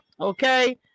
Okay